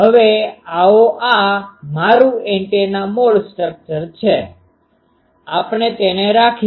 હવે આવો આ મારું એન્ટેના મોડ સ્ટ્રક્ચર છે આપણે તેને રાખીશું